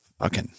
Okay